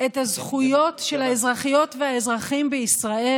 את הזכויות של האזרחיות והאזרחים בישראל,